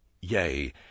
Yea